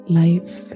life